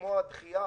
כמו הדחייה,